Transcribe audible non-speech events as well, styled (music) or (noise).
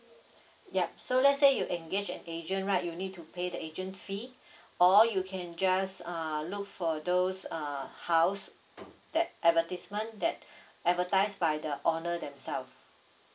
(breath) yup so lets say you engage an agent right you need to pay the agent fee (breath) or you can just uh look for those uh house that advertisement that (breath) advertised by the owner themselves